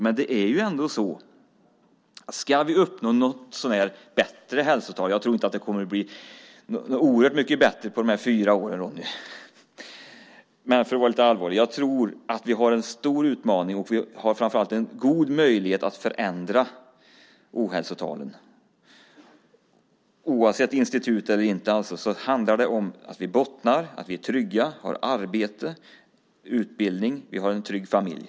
Men om vi ska uppnå ett något så när bättre hälsotal - jag tror inte att det blir oerhört mycket bättre under dessa fyra år - har vi en stor utmaning framför oss. Vi har en god möjlighet att förändra ohälsotalen. Oavsett institut eller inte handlar det om att vi bottnar, är trygga, har arbete, utbildning och en trygg familj.